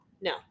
No